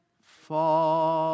fall